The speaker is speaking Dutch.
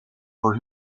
voor